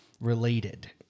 related